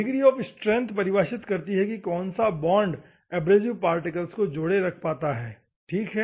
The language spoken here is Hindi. डिग्री ऑफ स्ट्रेंथ परिभाषित करती है कि कौन सा बॉन्ड एब्रेसिव पार्टिकल्स को जोड़े रखता है ठीक है